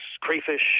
crayfish